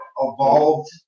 evolved